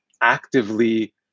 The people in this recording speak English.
actively